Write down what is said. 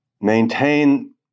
maintain